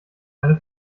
eine